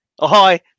Hi